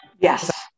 Yes